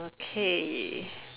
okay